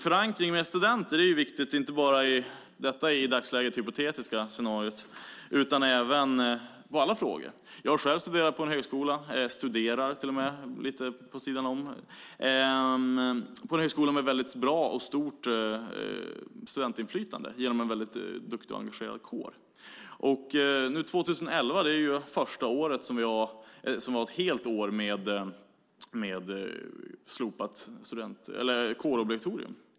Förankring hos studenter är viktigt inte bara i detta, i dagsläget hypotetiska, scenario utan i alla frågor. Jag har själv studerat på högskola - studerar, till och med, lite vid sidan om - med ett väldigt bra och stort studentinflytande genom en duktig och engagerad kår. 2011 är det första året som varit ett helt år med slopat kårobligatorium.